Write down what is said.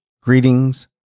Greetings